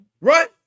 Right